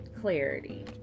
clarity